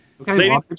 okay